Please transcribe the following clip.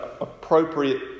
appropriate